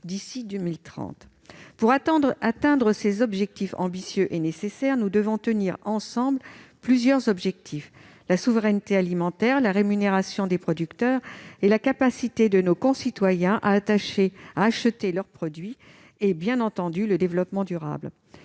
d'ici à 2030. Pour atteindre ces objectifs ambitieux et nécessaires, nous devons relever ensemble plusieurs défis : la souveraineté alimentaire, la rémunération des producteurs, la capacité de nos concitoyens à acheter leurs produits et, bien entendu, le développement durable.